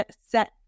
set